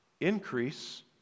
increase